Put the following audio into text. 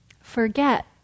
forget